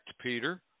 Peter